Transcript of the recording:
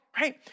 right